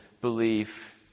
belief